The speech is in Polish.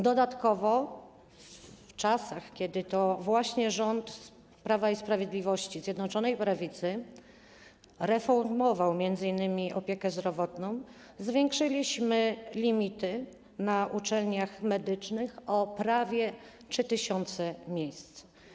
Dodatkowo w czasach, kiedy to właśnie rząd Prawa i Sprawiedliwości, Zjednoczonej Prawicy reformował m.in. opiekę zdrowotną, zwiększyliśmy limity na uczelniach medycznych o prawie 3 tys. miejsc.